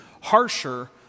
harsher